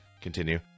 Continue